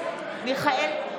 ביטון,